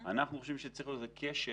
אנחנו חושבים שצריך להיות קשר